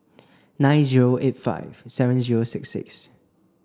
nine zero eight five seven zero six six